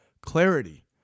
clarity